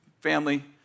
family